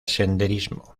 senderismo